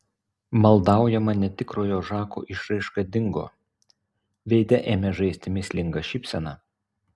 maldaujama netikrojo žako išraiška dingo veide ėmė žaisti mįslinga šypsena